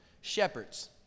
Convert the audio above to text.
Shepherds